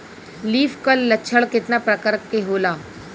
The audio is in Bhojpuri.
लीफ कल लक्षण केतना परकार के होला?